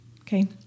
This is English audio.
okay